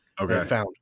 Okay